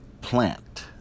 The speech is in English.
Plant